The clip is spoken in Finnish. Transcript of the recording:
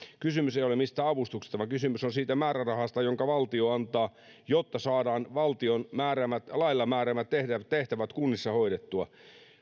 kysymys ei ole mistään avustuksista vaan kysymys on siitä määrärahasta jonka valtio antaa jotta saadaan valtion lailla määräämät tehtävät tehtävät kunnissa hoidettua